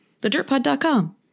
thedirtpod.com